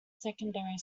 secondary